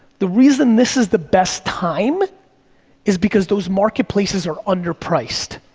the reason this is the best time is because those marketplaces are underpriced.